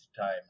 time